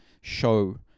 show